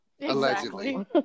Allegedly